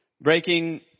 breaking